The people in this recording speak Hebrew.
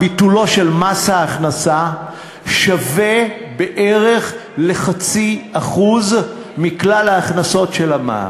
ביטולו של מס ההכנסה שווה בערך ל-0.5% מכלל ההכנסות של המע"מ.